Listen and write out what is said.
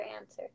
answer